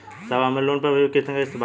साहब हमरे लोन पर अभी कितना किस्त बाकी ह?